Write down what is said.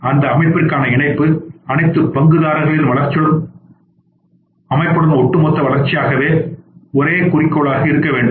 அந்த அமைப்பிற்கான இணைப்பு அனைத்து பங்குதாரர்களின் வளர்ச்சியுடன் அமைப்பின் ஒட்டுமொத்த வளர்ச்சியாக ஒரே ஒரு குறிக்கோளாக இருக்க வேண்டும்